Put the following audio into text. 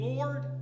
Lord